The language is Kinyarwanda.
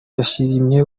yashimye